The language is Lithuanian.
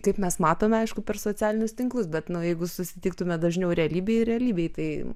kaip mes matome aišku per socialinius tinklus bet nu jeigu susitiktume dažniau realybėj ir realybėj tai